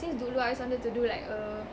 since dulu I've always wanted to do like a